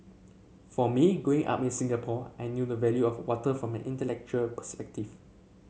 for me Growing Up in Singapore I knew the value of water from an intellectual perspective